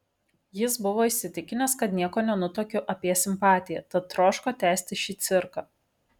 jis buvo įsitikinęs kad nieko nenutuokiu apie simpatiją tad troško tęsti šį cirką